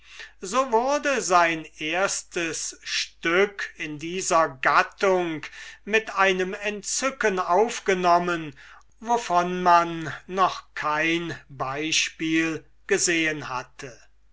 so wurde sein erstes stück in dieser gattung mit einem entzücken aufgenommen wovon man noch kein beispiel gesehen hatte